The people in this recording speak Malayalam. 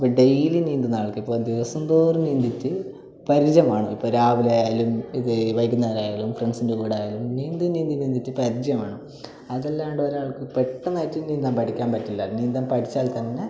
ഇപ്പോൾ ഡെയ്ലി നീന്തുന്ന ആൾക്ക് ഇപ്പോൾ ദിവസന്തോറും നീന്തിയിട്ട് പരിചയം വേണം ഇപ്പോൾ രാവിലെ ആയാലും ഇത് വൈകുന്നേരം ആയാലും ഫ്രണ്ട്സിൻ്റെ കൂടെ ആയാലും നീന്തി നീന്തി നീന്തിയിട്ട് പരിചയം വേണം അതല്ലാണ്ട് ഒരാൾക്ക് പെട്ടെന്നായിട്ട് നീന്താൻ പഠിക്കാൻ പറ്റില്ല നീന്തം പഠിച്ചാൽ തന്നെ